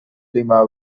lima